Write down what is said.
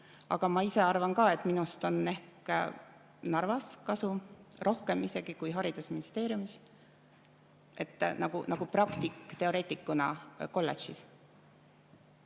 Aga ma ise arvan ka, et minust oleks isegi ehk Narvas rohkem kasu kui haridusministeeriumis, nagu praktik teoreetikuna kolledžis.